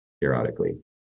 periodically